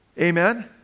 Amen